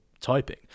typing